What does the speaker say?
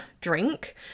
drink